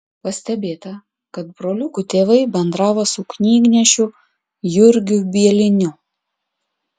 pastebėta kad broliukų tėvai bendravo su knygnešiu jurgiu bieliniu